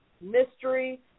mystery